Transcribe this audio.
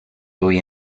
hoy